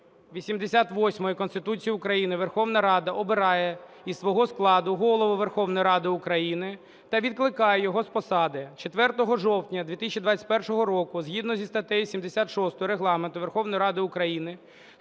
88 Конституції України Верховна Рада обирає із свого складу Голову Верховної Ради України та відкликає його з посади. 4 жовтня 2021 року згідно зі статтею 76 Регламенту Верховної Ради України